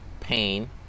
pain